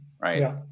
right